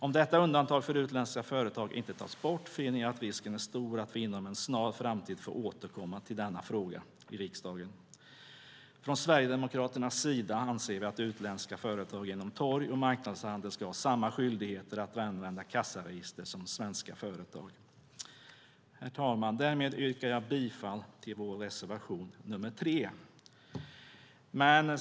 Om detta undantag för utländska företag inte tas bort finner jag att risken är stor att vi inom en snar framtid får återkomma till denna fråga i riksdagen. Från Sverigedemokraternas sida anser vi att utländska företag inom torg och marknadshandel ska ha samma skyldigheter att använda kassaregister som svenska företag. Herr talman! Därmed yrkar jag bifall till vår reservation nr 3.